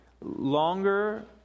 Longer